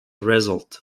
result